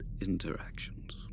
interactions